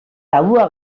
tabua